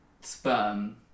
sperm